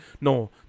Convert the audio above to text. no